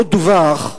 עוד דווח,